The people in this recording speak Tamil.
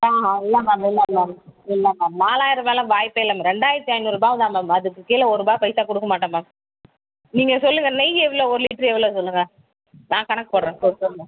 ஆ இல்லை மேம் இல்லை இல்லை இல்லை மேம் நாலாயிரரூவாலாம் வாய்ப்பு இல்லை மேம் ரெண்டாயிரத்தி ஐந்நூறுபாதான் மேம் அதுக்கு கீழே ஒரூபா பைசா கொடுக்க மாட்டேன் மேம் நீங்கள் சொல்லுங்கள் நெய் எவ்வளோ ஒரு லிட்டரு எவ்வளோ சொல்லுங்கள் நான் கணக்கு போடுறேன் சொல் சொல்லுங்கள்